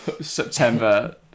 September